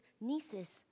niece's